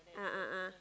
ah ah ah